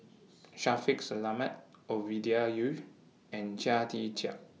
Shaffiq Selamat Ovidia Yu and Chia Tee Chiak